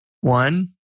one